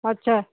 ਅੱਛਾ